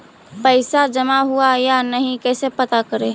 पैसा जमा हुआ या नही कैसे पता करे?